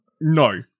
No